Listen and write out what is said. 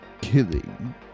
Killing